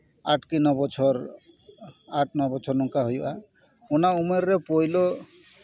ᱟᱴ ᱠᱤ ᱱᱚ ᱵᱚᱪᱷᱚᱨ ᱟᱴ ᱱᱚ ᱵᱚᱪᱷᱚᱨ ᱱᱚᱝᱠᱟ ᱦᱩᱭᱩᱜᱼᱟ ᱚᱱᱟ ᱩᱢᱟᱹᱨ ᱨᱮ ᱯᱳᱭᱞᱳ